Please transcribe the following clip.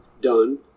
done